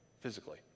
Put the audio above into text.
physically